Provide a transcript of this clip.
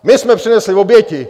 My jsme přinesli oběti!